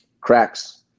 cracks